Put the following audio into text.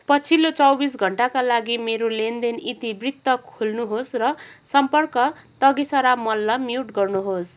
पछिल्लो चौबिस घन्टाका लागि मेरो लेनदेन इतिवृत्त खोल्नुहोस् र सम्पर्क तगिसरा मल्ल म्युट गर्नुहोस्